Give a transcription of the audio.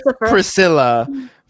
Priscilla